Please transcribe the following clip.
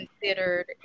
considered